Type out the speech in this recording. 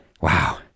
Wow